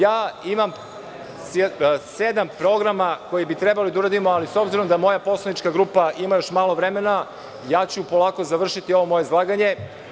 Ima sedam programa koje bi trebali da uradimo, ali s obzirom da moja poslanička grupa ima još malo vremena, polako ću završiti ovo moje izlaganje.